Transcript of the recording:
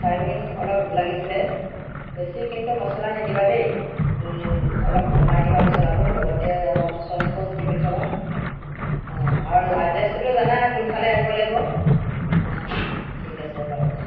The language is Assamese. চাওমিন অলপ লাগিছিলে বেছি কিন্তু মছলা নিদিবা দেই অলপ কমাই দিবা মছলাটো লগতে অলপ ছচ তচ দি পঠিয়াবা অঁ আৰু এড্ৰেছটোতো জানাই কোনফালে আহিব লাগিব অঁ ঠিক আছে বাৰু